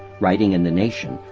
writing in the nation,